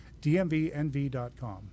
DMVNV.com